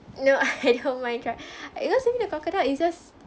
no I don't mind try I just seeing the crocodile it's just